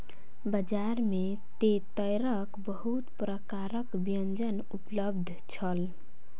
बजार में तेतैरक बहुत प्रकारक व्यंजन उपलब्ध छल